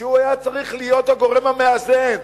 שהוא היה צריך להיות הגורם המאזן,